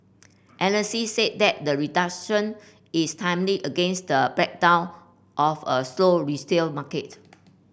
analysts said that the reduction is timely against the back down of a slow resale market